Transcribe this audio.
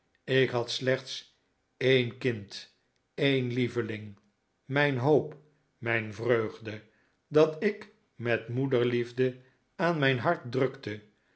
ik had slechts een kind een lieveling mijn hoop mijn vreugde dat ik met moederliefde aan mijn hart drukte